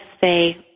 say